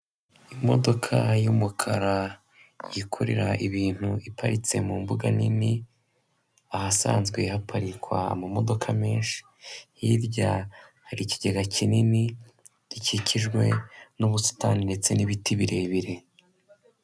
Imodoka y'umukara yikorera ibintu iparitse mu mbuga nini ahasanzwe haparikwa amamodoka menshi hirya hari ikigega kinini gikikijwe n'ubusitani ndetse n'ibiti birebire.